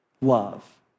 love